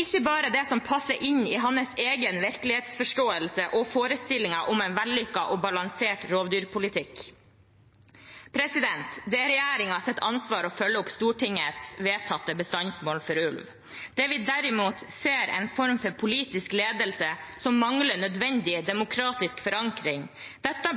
ikke bare det som passer inn i hans egen virkelighetsforståelse og forestillingen om en vellykket og balansert rovdyrpolitikk. Det er regjeringens ansvar å følge opp Stortingets vedtatte bestandsmål for ulv. Det vi derimot ser, er en form for politisk ledelse som mangler nødvendig demokratisk forankring. Dette